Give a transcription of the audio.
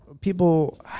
people